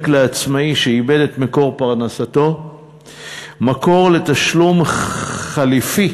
לעצמאי שאיבד את מקור פרנסתו מקור לתשלום חלופי,